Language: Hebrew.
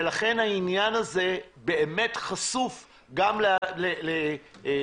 ולכן העניין הזה באמת חשוף גם לבג"ץ.